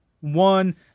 one